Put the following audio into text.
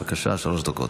בבקשה, שלוש דקות.